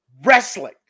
wrestling